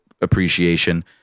appreciation